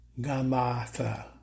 Gamatha